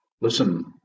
Listen